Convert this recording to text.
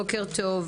בוקר טוב.